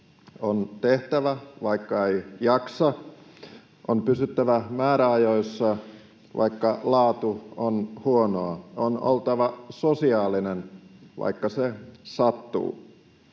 On tehtävä, vaikka ei jaksa, on pysyttävä määräajoissa, vaikka laatu on huonoa, on oltava sosiaalinen, vaikka se sattuu.